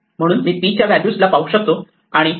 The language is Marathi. म्हणून मी p च्या व्हॅल्यूज ला पाहू शकतो आणि p